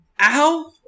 ow